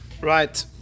right